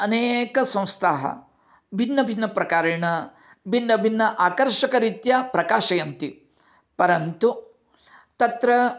अनेक संस्थाः भिन्न भिन्न प्रकारेण भिन्न भिन्न आकर्षकरीत्या प्रकाशयन्ति परन्तु तत्र